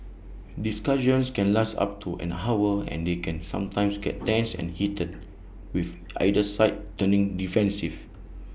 discussions can last up to an hour and they can sometimes get tense and heated with either side turning defensive